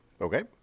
Okay